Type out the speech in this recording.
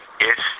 Yes